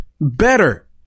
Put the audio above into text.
better